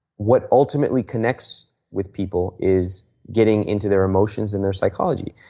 what ultimately connects with people is getting into their emotions and their psychology.